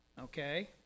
Okay